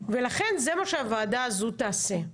לכן זה מה שהוועדה הזו תעשה.